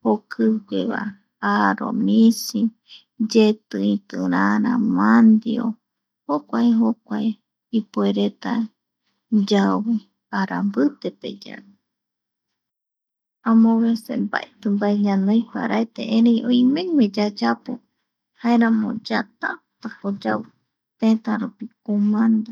jokigueva aromisi, yeti itirara, mandio jokua, jokuae ipuereta yau ara mbitepeyave (pausa) amo veces mbaeti mbae ñanoi paraete erei yaeka oimegue yayapo, jaeramo yaatapi yau tëtärupi kumanda.